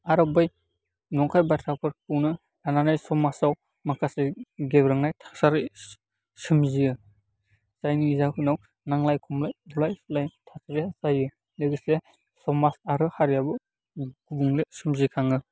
आरो बै नंखाय बाथ्राफोरखौनो लानानै समाजाव माखासे गेब्रेंनाय थासारि सोमजियो जायनि जाहोनाव नांलाय खमलाय बुलाय सोलाय थासारिया जायो लोगोसे समाज आरो हारियाबो गुबुंले सोमजिखाङो